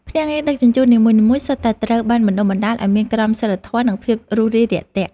ភ្នាក់ងារដឹកជញ្ជូននីមួយៗសុទ្ធតែត្រូវបានបណ្តុះបណ្តាលឱ្យមានក្រមសីលធម៌និងភាពរុះរាយរាក់ទាក់។